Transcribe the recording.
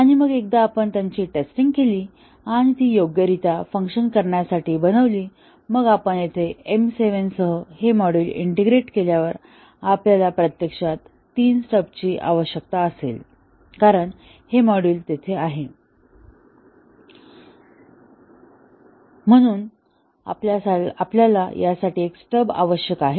आणि मग एकदा आपण त्याची टेस्टिंग केली आणि ती योग्यरित्या फंक्शन करण्यासाठी बनवली मग आपण येथे M7 सह हे मॉड्यूल इंटिग्रेट केल्यावर आपल्याला प्रत्यक्षात तीन स्टब्सची आवश्यकता असेल कारण हे मॉड्यूल तेथे आहे आणि म्हणून आपल्याला यासाठी एक स्टब आवश्यक आहे